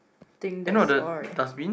think that's all right